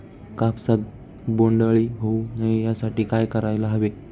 कापसात बोंडअळी होऊ नये यासाठी काय करायला हवे?